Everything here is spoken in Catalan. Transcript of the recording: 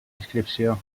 inscripció